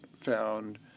found